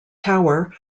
tower